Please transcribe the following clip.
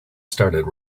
started